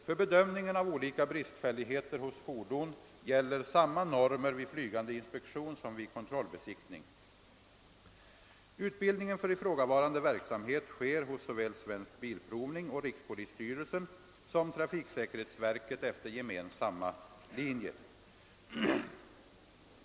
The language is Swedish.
För "bedömningen av olika bristfälligheter hos fordon gäller samma normer vid flygande inspektion som vid kontrollbesiktning. Utbildningen för ifrågavarande verksamhet sker hos såväl Svensk bilprovning och rikspolisstyrelsen som trafiksäkerhetsverket efter gemensamma linjer.